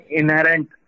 inherent